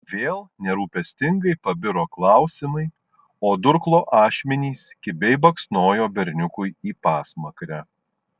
vėl nerūpestingai pabiro klausimai o durklo ašmenys kibiai baksnojo berniukui į pasmakrę